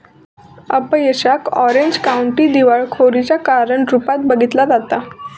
अपयशाक orange county दिवाळखोरीच्या कारण रूपात बघितला जाता